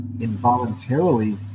involuntarily